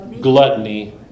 Gluttony